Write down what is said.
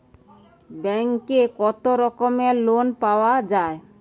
ব্যাঙ্কে কত রকমের লোন পাওয়া য়ায়?